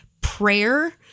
prayer